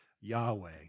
Yahweh